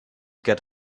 get